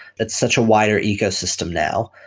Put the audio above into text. it's such a wider ecosystem now.